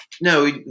No